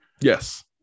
Yes